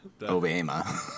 Obama